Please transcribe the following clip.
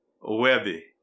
Webby